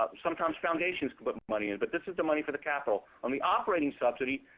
and sometimes foundations can put money in, but this is the money for the capital. on the operating subsidy,